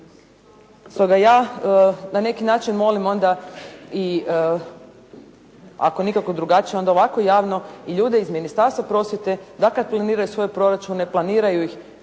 Stoga ja na neki način molim onda ako nikako drugačije ovako javno i ljude iz Ministarstva prosvjete da kad planiraju svoje proračune planiraju ih